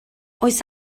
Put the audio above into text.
oes